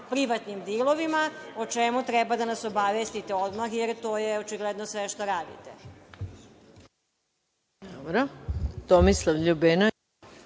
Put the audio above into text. privatnim dilovima, o čemu treba da nas obavestite odmah, jer to je očigledno sve što radite.